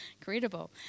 incredible